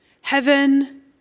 Heaven